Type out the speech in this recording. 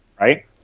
right